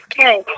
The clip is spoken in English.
Okay